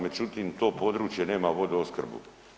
Međutim, to područje nema vodoopskrbu.